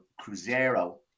Cruzeiro